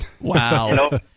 Wow